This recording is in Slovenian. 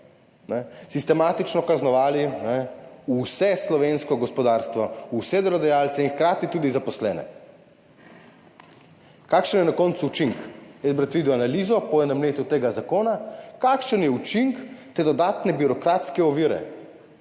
sistematično kaznovali vso slovensko gospodarstvo, vse delodajalce in hkrati tudi zaposlene. Kakšen je na koncu učinek? Jaz bi rad videl analizo tega zakona po enem letu, kakšen je učinek te dodatne birokratske ovire,